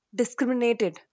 discriminated